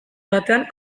batean